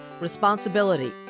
responsibility